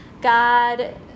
God